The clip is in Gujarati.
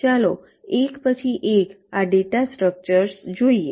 ચાલો એક પછી એક આ ડેટા સ્ટ્રક્ચર્સ જોઈએ